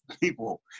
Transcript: people